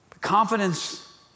Confidence